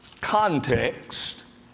context